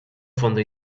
fondo